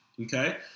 okay